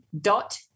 dot